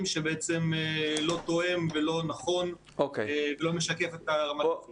שבעצם לא תואם ולא נכון ולא משקף את רמת התפקוד.